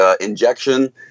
injection